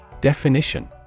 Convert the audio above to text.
Definition